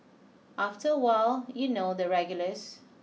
after a while you know the regulars